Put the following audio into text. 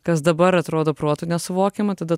kas dabar atrodo protu nesuvokiama tada